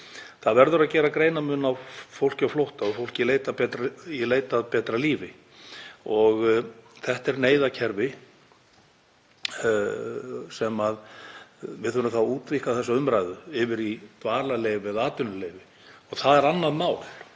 Það verður að gera greinarmun á fólki á flótta og fólki í leit að betra lífi. Þetta er neyðarkerfi — við þurfum þá að útvíkka þessa umræðu yfir í dvalarleyfi eða atvinnuleyfi. Það er annað mál.